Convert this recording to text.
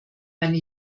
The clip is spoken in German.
meine